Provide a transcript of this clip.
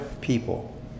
people